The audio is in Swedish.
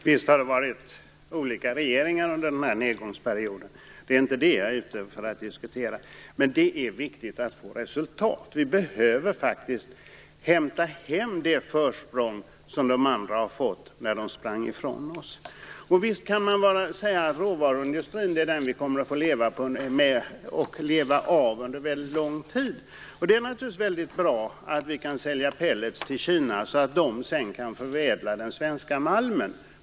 Fru talman! Visst har det varit olika regeringar under nedgångsperioden. Det är inte detta jag är ute efter att diskutera. Men det är viktigt att få resultat. Vi behöver inhämta det försprång som de andra länderna har fått. Visst kommer vi att få leva med och leva av råvaruindustrin under lång tid. Det är naturligtvis väldigt bra att vi kan sälja pellets till Kina så att man där kan förädla den svenska malmen.